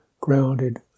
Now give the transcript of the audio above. grounded